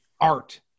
art